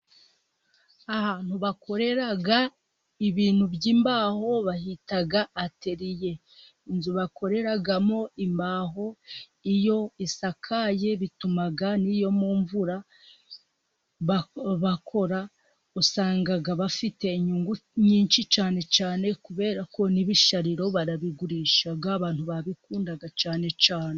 Ahantu bakorera ibintu by'imbaho bahita ateriye. Inzu bakoreramo imbaho iyo isakaye bituma no mu mvura bakora. Usanga bafite inyungu nyinshi cyane cyane kubera ko n'ibishariro barabigurisha, abantu barabikunda cyane cyane.